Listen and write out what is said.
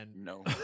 no